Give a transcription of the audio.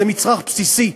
זה מצרך בסיסי.